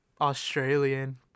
Australian